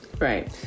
Right